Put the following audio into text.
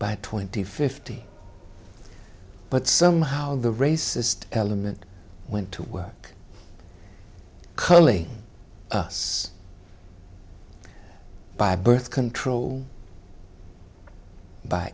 by twenty fifty but somehow the racist element went to work calling us by birth control by